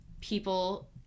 people